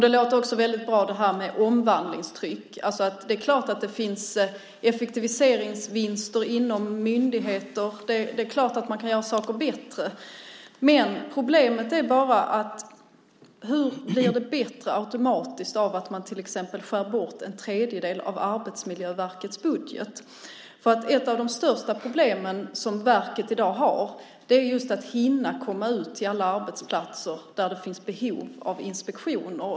Det låter också väldigt bra med omvandlingstryck. Det är klart att det går att nå effektiviseringsvinster inom myndigheter och att de kan göra saker bättre. Problemet är bara: Hur blir det automatiskt bättre av att man till exempel skär bort en tredjedel av Arbetsmiljöverkets budget? Ett av de största problemen som verket i dag har är just att hinna komma ut till alla arbetsplatser där det finns behov av inspektion.